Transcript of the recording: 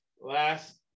Last